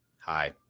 hi